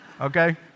Okay